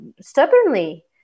stubbornly